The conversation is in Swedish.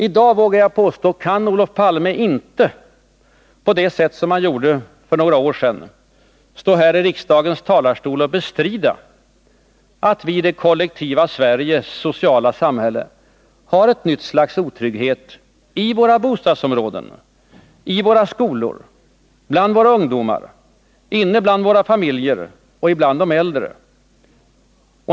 I dag kan inte Olof Palme stå här i riksdagens talarstol och på det sätt som han gjorde för några år sedan bestrida att vi i det kollektiva Sveriges sociala samhälle har ett nytt slags otrygghet i våra bostadsområden, i våra skolor, bland våra ungdomar, i våra familjer och bland de äldre.